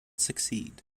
succeed